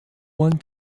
one